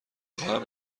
خواهم